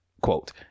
Quote